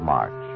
March